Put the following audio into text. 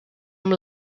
amb